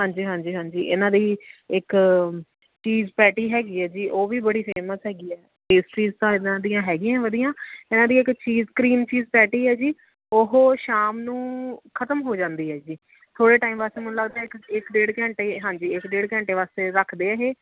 ਹਾਂਜੀ ਹਾਂਜੀ ਹਾਂਜੀ ਇਹਨਾਂ ਦੀ ਇੱਕ ਚੀਜ਼ ਪੈਟੀ ਹੈਗੀ ਹੈ ਜੀ ਉਹ ਵੀ ਬੜੀ ਫੇਮਸ ਹੈਗੀ ਹੈ ਪੇਸਟਰੀਜ਼ ਤਾਂ ਇਹਨਾਂ ਦੀਆਂ ਹੈਗੀਆਂ ਵਧੀਆ ਇਹਨਾਂ ਦੀ ਇੱਕ ਚੀਜ਼ ਕਰੀਮ ਚੀਜ਼ ਪੈਟੀ ਹੈ ਜੀ ਉਹ ਸ਼ਾਮ ਨੂੰ ਖਤਮ ਹੋ ਜਾਂਦੀ ਹੈ ਜੀ ਥੋੜ੍ਹੇ ਟਾਈਮ ਬਾਅਦ ਮੈਨੂੰ ਲੱਗਦਾ ਇੱਕ ਇੱਕ ਡੇਢ ਘੰਟੇ ਹਾਂਜੀ ਡੇਢ ਘੰਟੇ ਵਾਸਤੇ ਰੱਖਦੇ ਆ ਇਹ